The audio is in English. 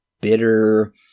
bitter